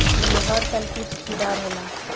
ऐमे हर साल कुछ सुधार होला